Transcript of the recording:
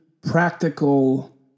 practical